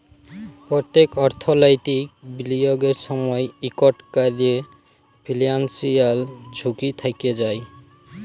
প্যত্তেক অর্থলৈতিক বিলিয়গের সময়ই ইকট ক্যরে ফিলান্সিয়াল ঝুঁকি থ্যাকে যায়